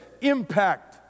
impact